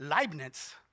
Leibniz